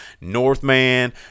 Northman